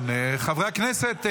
חברי הכנסת,